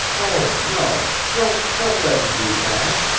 oh, no. don't don't let him do that!